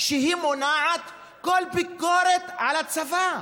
שהיא מונעת כל ביקורת על הצבא.